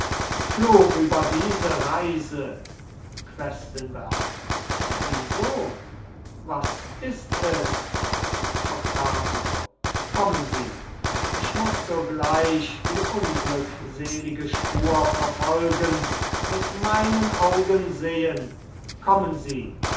fluch über diese reise questenberg wie so was ist es octavio kommen sie ich muß sogleich die unglückselige spur verfolgen mit meinen augen sehen kommen sie